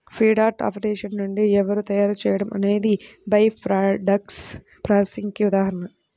feedlot operation నుండి ఎరువు తయారీ చేయడం అనేది బై ప్రాడక్ట్స్ ప్రాసెసింగ్ కి ఉదాహరణ